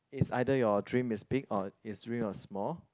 is either your dream is big or is your dream is small